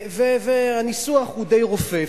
והניסוח הוא די רופף.